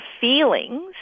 feelings